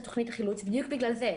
בדיוק בגלל בזה,